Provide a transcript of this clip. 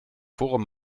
forum